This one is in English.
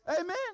amen